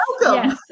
Welcome